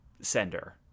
sender